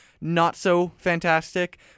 not-so-fantastic